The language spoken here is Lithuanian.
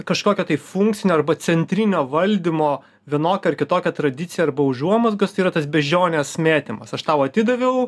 kažkokio tai funkcinio arba centrinio valdymo vienokia ar kitokia tradicija arba užuomazgos yra tas beždžionės mėtymas aš tau atidaviau